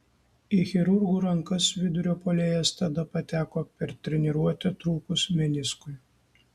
į chirurgų rankas vidurio puolėjas tada pateko per treniruotę trūkus meniskui